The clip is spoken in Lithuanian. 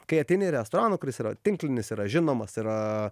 kai ateini į restoraną kuris yra tinklinis yra žinomas yra